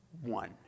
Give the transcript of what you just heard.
One